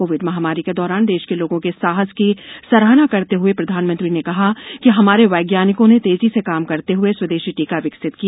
Covid महामारी के दौरान देश के लोगों के साहस की सराहना करते हए प्रधानमंत्री ने कहा कि हमारे वैज्ञानिकों ने तेजी से काम करते हए स्वदेशी टीका विकसित किया